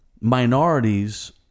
minorities